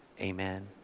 amen